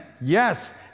Yes